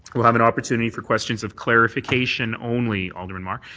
we'll have an opportunity for questions of clarification only, alderman mar.